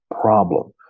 problem